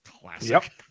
classic